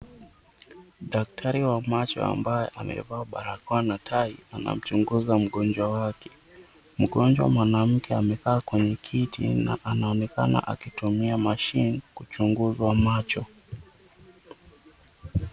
Daktari wa macho ambaye amevaa barakoa na tai anamchunguza mgonjwa wake. Mgonjwa mwanamke amekaa kwenye kiti na anaonekana akitumia machine kuchunguzwa macho.